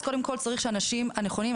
אז קודם כל צריך שהאנשים הנכונים,